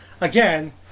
again